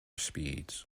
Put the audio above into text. speeds